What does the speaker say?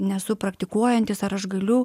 nesu praktikuojantis ar aš galiu